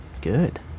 good